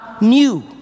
new